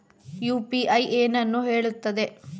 UPI ಏನನ್ನು ಹೇಳುತ್ತದೆ?